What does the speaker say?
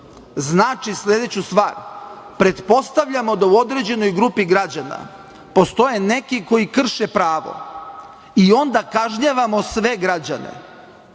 znači sledeću stvar. Pretpostavljamo da u određenoj grupi građana postoje neki koji krše pravo i onda kažnjavamo sve građane.